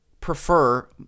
prefer